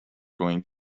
going